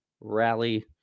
rally